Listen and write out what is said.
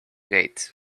gates